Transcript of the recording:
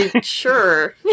sure